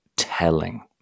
telling